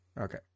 Okay